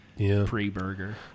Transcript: Pre-burger